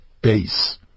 base